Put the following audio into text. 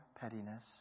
pettiness